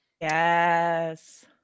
Yes